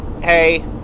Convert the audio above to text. hey